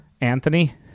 Anthony